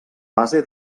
base